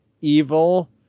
evil